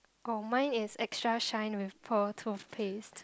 oh mine is extra shine with pearl tooth paste